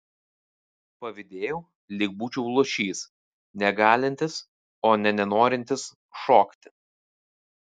pavydėjau lyg būčiau luošys negalintis o ne nenorintis šokti